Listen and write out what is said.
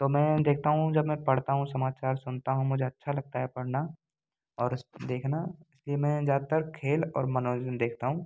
तो मैं देखता हूँ जब मैं पढ़ता हूँ समाचार सुनता हूँ मुझे अच्छा लगता है पढ़ना और उसे देखना इसलिए मैं ज़्यादातर खेल और मनोरंजन देखता हूँ